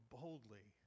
boldly